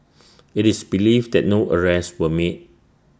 IT is believed that no arrests were made